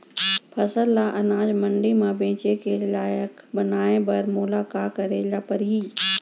फसल ल अनाज मंडी म बेचे के लायक बनाय बर मोला का करे ल परही?